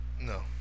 No